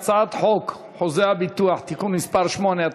הצעת חוק חוזה הביטוח (תיקון מס' 8),